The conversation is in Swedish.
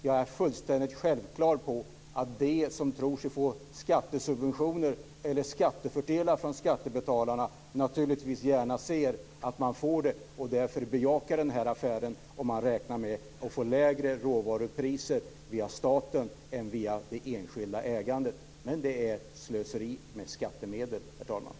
Det är fullständigt självklart för mig att de som tror sig få skattesubventioner eller skattefördelar från skattebetalarna naturligtvis gärna ser att de får det och därför bejakar den här affären. Och man räknar med att få lägre råvarupriser via staten än via det enskilda ägandet, men det är slöseri med skattemedel, herr talman.